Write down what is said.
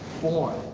born